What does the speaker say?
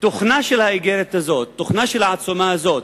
תוכנה של האיגרת הזאת, תוכנה של העצומה הזאת,